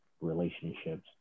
relationships